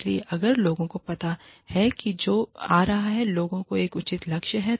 इसलिए अगर लोगों को पता है कि जो आ रहा है लोगों का एक उचित लक्ष्य है